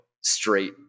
straight